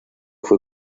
fue